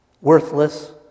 worthless